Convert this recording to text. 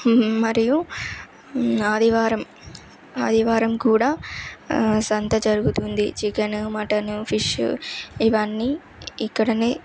మరియు ఆదివారం ఆదివారం కూడా సంత జరుగుతుంది చికెను మటను ఫిష్ ఇవన్నీ ఇక్కడనే